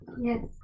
Yes